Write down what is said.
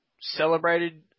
celebrated